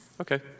Okay